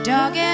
Dog